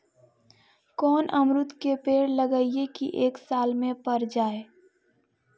कोन अमरुद के पेड़ लगइयै कि एक साल में पर जाएं?